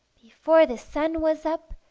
before the sun was up,